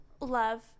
love